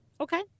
Okay